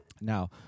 Now